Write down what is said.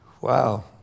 Wow